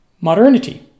modernity